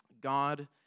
God